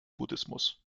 buddhismus